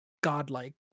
godlike